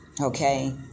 Okay